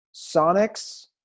Sonics